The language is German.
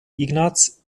ignaz